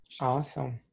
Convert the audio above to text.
Awesome